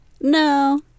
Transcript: No